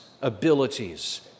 abilities